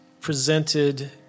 presented